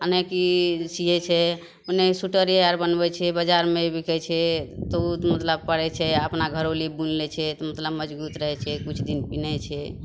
मने की जे सीयै छै ओने सुइटरे आर बनबय छै बजारमे ई बिकय छै तऽ उ दूद लए पड़य छै आओर अपना घरोली बिन लै छै मतलब मजगूत रहय छै तऽ किछु दिन पिन्हय छै